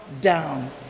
down